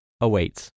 awaits